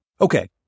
Okay